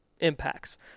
impacts